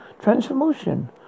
transformation